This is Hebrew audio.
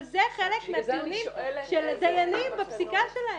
אבל זה חלק מהטיעונים של דיינים בפסיקה שלהם,